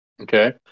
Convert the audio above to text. Okay